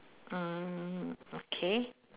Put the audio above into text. mm okay